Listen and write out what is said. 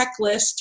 checklist